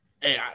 Hey